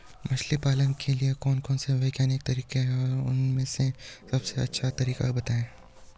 मछली पालन के लिए कौन कौन से वैज्ञानिक तरीके हैं और उन में से सबसे अच्छा तरीका बतायें?